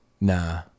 Nah